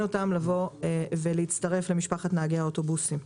אותן לבוא ולהצטרף למשפחת נהגי האוטובוסים.